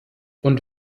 und